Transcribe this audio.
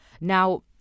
Now